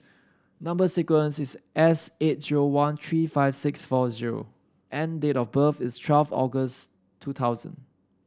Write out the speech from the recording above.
number sequence is S eight zero one three five six four zero and date of birth is twelve August two thousand